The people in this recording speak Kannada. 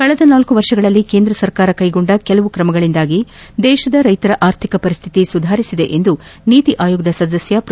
ಕಳೆದ ನಾಲ್ಲು ವರ್ಷಗಳಲ್ಲಿ ಕೇಂದ್ರ ಸರ್ಕಾರ ಕೈಗೊಂಡ ಕೆಲವು ಕ್ರಮಗಳಿಂದಾಗಿ ದೇಶದ ರೈತರ ಆರ್ಥಿಕ ಪರಿಶ್ಲಿತಿ ಸುಧಾರಣೆಗೊಂಡಿದೆ ಎಂದು ನೀತಿ ಆಯೋಗದ ಸದಸ್ನ ಮ್ರೊ